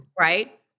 Right